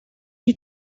you